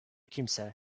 kimse